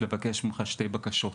אני רוצה לבקש ממך שתי בקשות.